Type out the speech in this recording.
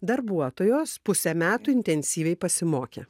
darbuotojos pusę metų intensyviai pasimokė